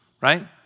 right